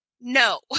no